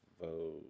vote